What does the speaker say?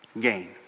gain